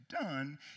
done